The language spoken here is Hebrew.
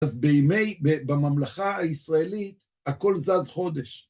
אז בימי, בממלכה הישראלית, הכל זז חודש.